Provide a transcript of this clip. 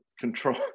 control